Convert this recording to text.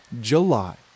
July